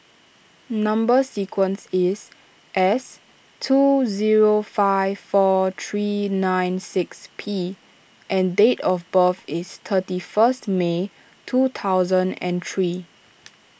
Number Sequence is S two zero five four three nine six P and date of birth is thirty first May two thousand and three